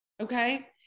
okay